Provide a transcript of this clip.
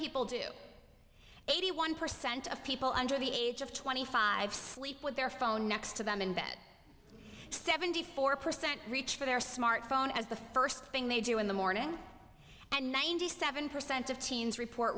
people do eighty one percent of people under the age of twenty five sleep with their phone next to them in bed seventy four percent reach for their smartphone as the first thing they do in the morning and ninety seven percent of teens report